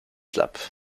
club